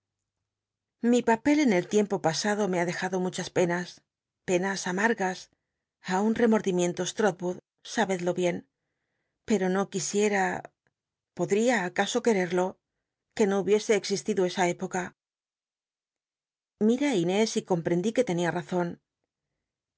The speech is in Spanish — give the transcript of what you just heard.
llli papel en el tiempo pasado mo ha dejado muchas penas penas amargas un remordimiento l'rotwood sabedlo bien pero no quisieta podría acaso quererlo que no hubiese existido esa época miré á inés y comprendí que tenia razon